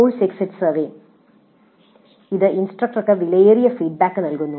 course exit survey ഇത് ഇൻസ്ട്രക്ടർക്ക് വിലയേറിയ ഫീഡ്ബാക്ക് നൽകുന്നു